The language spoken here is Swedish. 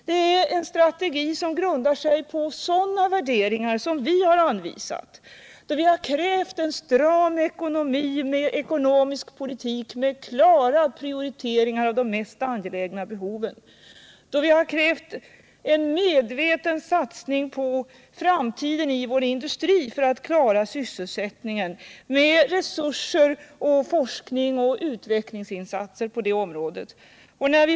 Detta är den strategi som grundar sig på våra värderingar och som vi har redovisat i vårt krisprogram. Vi har krävt en stram ekonomisk politik med klara prioriteringar av de mest angelägna behoven. Vi har vidare krävt en medveten satsning på framtiden i vår industri för att klara sysselsättningen — det behövs resurser i form av kapital, forskning och utvecklingsinsatser på det området.